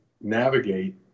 navigate